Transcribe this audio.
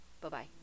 Bye-bye